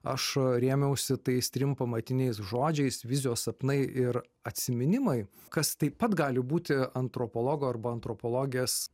aš rėmiausi tais trim pamatiniais žodžiais vizijos sapnai ir atsiminimai kas taip pat gali būti antropologo arba antropologės